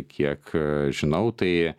kiek žinau tai